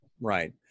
Right